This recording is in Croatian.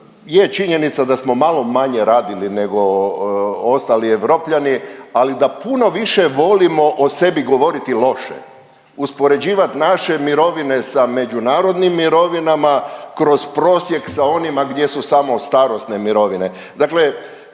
je činjenica da smo malo manje radili nego ostali Europljani, ali da puno više volimo o sebi govoriti loše, uspoređivat naše mirovine sa međunarodnim mirovinama kroz prosjek sa onima gdje su samo starosne mirovine.